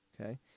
Okay